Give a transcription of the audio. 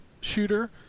shooter